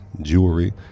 jewelry